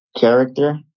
Character